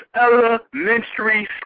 elementary